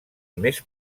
més